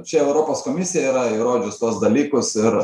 čia europos komisija yra įrodžius tuos dalykus ir